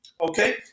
okay